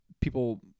people